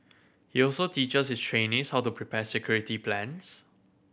he also teaches his trainees how to prepare security plans